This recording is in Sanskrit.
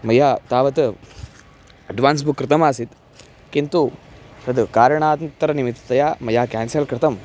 मया तावत् अड्वान्स् बुक् कृतमासीत् किन्तु तद् कारणान्तरनिमित्तया मया केन्सल् कृतम्